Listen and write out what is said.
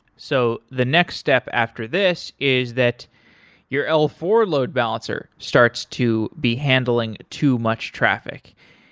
so the next step after this is that your l four load balancer starts to be handling too much traffic,